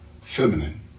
feminine